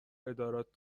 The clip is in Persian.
ادارات